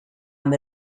amb